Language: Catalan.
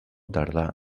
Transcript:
tardà